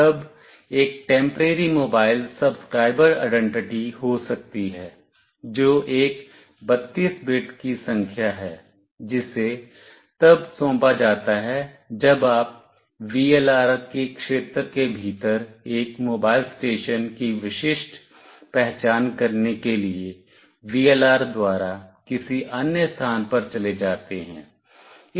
तब एक temporary mobile subscriber identity हो सकती है जो एक 32 बिट की संख्या है जिसे तब सौंपा जाता है जब आप VLR के क्षेत्र के भीतर एक मोबाइल स्टेशन की विशिष्ट पहचान करने के लिए VLR द्वारा किसी अन्य स्थान पर चले जाते हैं